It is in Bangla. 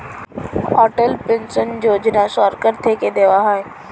অটল পেনশন যোজনা সরকার থেকে দেওয়া হয়